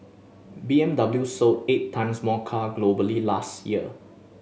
B M W sold eight times more car globally last year